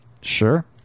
Sure